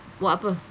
buat apa